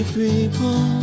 people